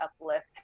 uplift